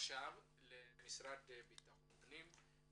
עכשיו למשרד לביטחון פנים.